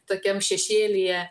tokiam šešėlyje